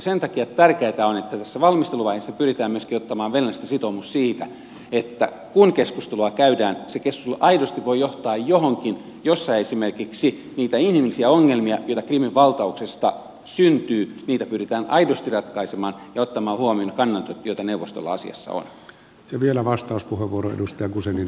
sen takia tärkeätä on että tässä valmisteluvaiheessa pyritään myöskin ottamaan venäläisten sitoumus siitä että kun keskustelua käydään se keskustelu aidosti voi johtaa johonkin missä esimerkiksi niitä inhimillisiä ongelmia joita krimin valtauksesta syntyy pyritään aidosti ratkaisemaan ja ottamaan huomioon ne kannanotot joita neuvostolla asiassa on